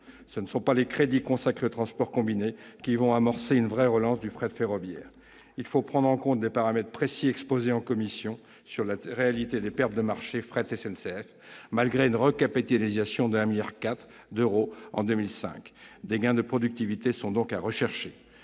Ce ne sont pas les crédits consacrés aux transports combinés qui vont amorcer une vraie relance du fret ferroviaire. Il faut prendre en compte des paramètres précis, exposés en commission, sur la réalité des pertes de marchés de Fret SNCF, malgré une recapitalisation de 1,4 milliard d'euros en 2005. Des gains de productivité sont à rechercher.